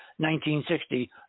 1960